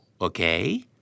okay